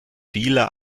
viele